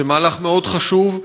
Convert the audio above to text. זה מהלך מאוד חשוב,